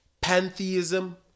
pantheism